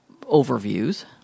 overviews